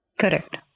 Correct